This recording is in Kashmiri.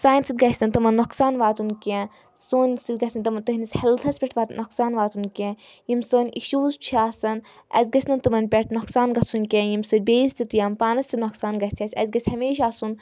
سانہِ سۭتۍ گژھِ نہٕ تِمَن نۄقصان واتُن کینٛہہ سون سۭتۍ گژھِ نہٕ تِمَن تُہٕنٛدِس ہِٮ۪یَلتھَس پؠٹھ واتُن نۄقصان واتُن کینٛہہ یِم سٲنۍ اِشوٗز چھِ آسان اَسہِ گژھِ نہٕ تِمَن پؠٹھ نۄقصان گژھُن کینٛہہ ییٚمہِ سۭتۍ بیٚیِس تہِ تہِ یِم پانَس تہِ نۄقصان گژھِ اَسہِ اَسہِ گژھِ ہمیشہ آسُن